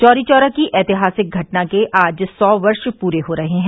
चौरी चौरा की ऐतिहासिक घटना के आज सौ वर्ष पूरे हो रहे हैं